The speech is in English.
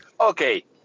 Okay